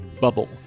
bubble